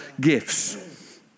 gifts